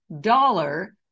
dollar